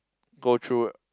go through